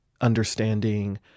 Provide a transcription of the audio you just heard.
understanding